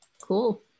Cool